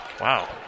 Wow